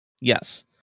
Yes